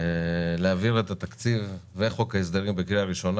להעביר את התקציב ואת חוק ההסדרים בקריאה ראשונה.